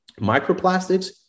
microplastics